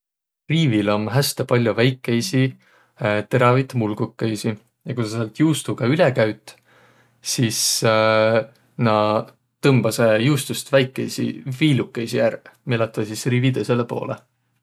Riivil om häste pall'o väikeisi terävit mulgukõisi. Ja ku saq säält juustoga üle käüt, sis naaq tõmbasõq juustost väikeisi viilukõisi ärq, miä lätväq sis riivi tõsõlõ poolõ.